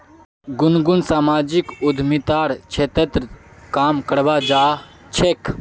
गुनगुन सामाजिक उद्यमितार क्षेत्रत काम करवा चाह छेक